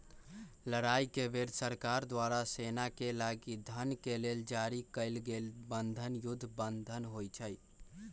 लड़ाई के बेर सरकार द्वारा सेनाके लागी धन के लेल जारी कएल गेल बन्धन युद्ध बन्धन होइ छइ